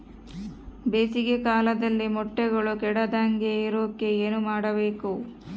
ಬೇಸಿಗೆ ಕಾಲದಲ್ಲಿ ಮೊಟ್ಟೆಗಳು ಕೆಡದಂಗೆ ಇರೋಕೆ ಏನು ಮಾಡಬೇಕು?